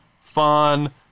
fun